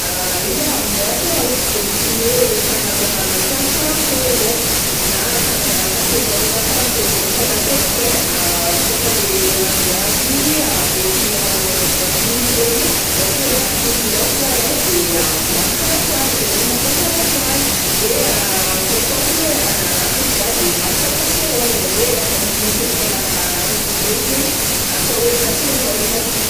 Ino ma e ao aminay atoy ai tsy de misy hoe karazagna lapoaly karahankôry zegny na karazana kaseraola karahankôry zegny fa matetika ai kaofa le raha jiaby mety agnanaovanaovagna frity regny ôhatra hoe hagnano fritin-daoko zah ai de malaka lapoaly zegny hoe mampiasa lapoaly de kaofa ôhatra hoe hamana rano ndraiky zah de malaka kaseraola zegny hoe raha manifinify afaka hamanagna rano regny zegny atao hoe kaseraola ity.